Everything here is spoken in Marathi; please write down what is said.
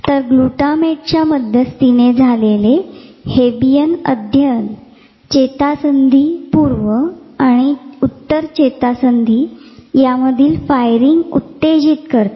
तर ग्लुटामेटच्या मध्यस्थीने झालेले हेबिअन अध्ययन चेतासंधी पूर्व आणि उत्तर चेतासंधी यातील फायरिंग उत्तेजित करते